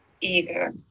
eager